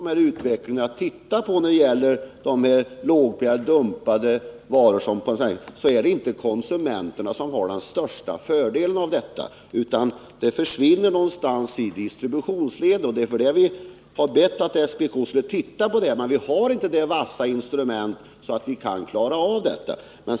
Fru talman! Jag vill säga till Daniel Tarschys när det gäller konsumentintresset att man om man följer utvecklingen och tittar på de kraftigt prissänkta varorna, de dumpade varorna, finner att det är inte konsumenterna som har den största fördelen av de låga priserna. Fördelarna försvinner någonstans i distributionsledet, och det är detta vi har bett att SPK skall undersöka. Vi har emellertid inte de vassa instrument som behövs för att vi skall kunna klara av det här problemet.